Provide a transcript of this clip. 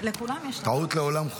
וסליחה אם אני לא מציינת את כולם,